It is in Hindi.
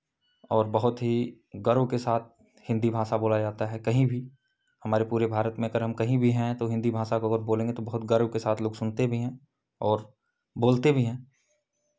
और बहुत ही गर्व के साथ हिंदी भाषा बोला जाता है कहीं भी हमारे पूरे भारत में अगर हम कहीं भी हैं तो हिन्दी भाषा को अगर बोलेंगे तो बहुत गर्व के साथ लोक सुनते भी हैं और बोलते भी हैं